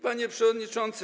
Panie Przewodniczący!